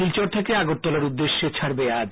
শিলচর থেকে আগরতলার উদ্দেশ্যে ছাডবে আজ